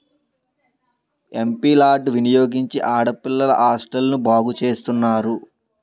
MP లార్డ్ వినియోగించి ఆడపిల్లల హాస్టల్ను బాగు చేస్తున్నారు